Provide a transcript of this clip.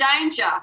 danger